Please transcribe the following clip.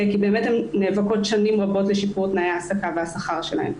כי הן באמת נאבקות שנים רבות לשיפור תנאי ההעסקה והשכר שלהן.